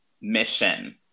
mission